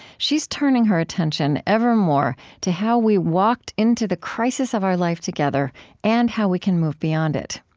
she's turning her attention ever more to how we walked into the crisis of our life together and how we can move beyond it.